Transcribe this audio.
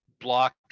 block